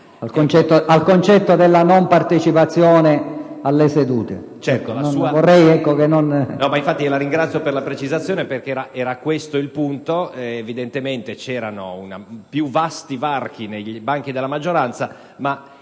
al concetto della non partecipazione alle sedute.